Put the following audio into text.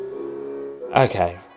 okay